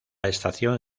estación